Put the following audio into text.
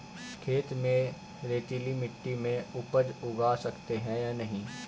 खेत में रेतीली मिटी में उपज उगा सकते हैं या नहीं?